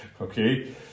Okay